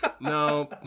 No